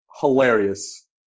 hilarious